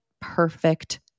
perfect